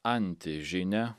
anti žinią